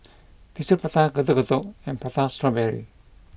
Tissue Prata Getuk Getuk and Prata Strawberry